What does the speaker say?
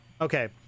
Okay